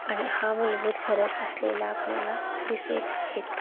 आणि हा मूलभूत फरक असलेला आपणाला दिसून येतो